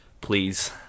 Please